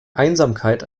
einsamkeit